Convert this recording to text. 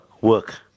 work